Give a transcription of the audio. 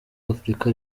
afurika